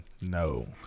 no